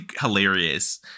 hilarious